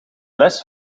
les